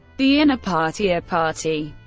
the inner party, or party,